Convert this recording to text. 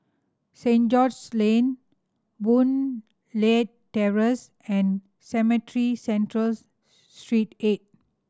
Saint George's Lane Boon Leat Terrace and Cemetry Central Street Eight